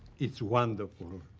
it's wonderful. sort of